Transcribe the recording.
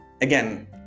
again